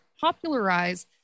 popularize